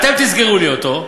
אתם תסגרו לי אותו.